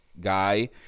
guy